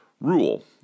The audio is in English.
rule